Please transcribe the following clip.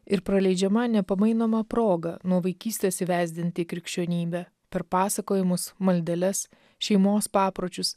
ir praleidžiama nepamainoma proga nuo vaikystės įvesdinti į krikščionybę per pasakojimus maldeles šeimos papročius